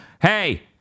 hey